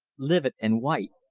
livid and white,